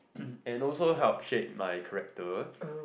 and also helped shape my character